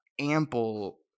ample